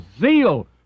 zeal